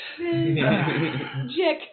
Jick